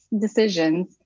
decisions